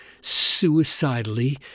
suicidally